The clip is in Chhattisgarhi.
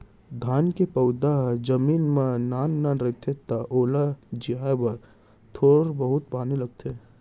धान के पउधा ह जमीन म नान नान रहिथे त ओला जियाए बर थोर बहुत पानी लगथे